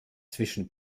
zwischen